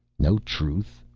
no truth?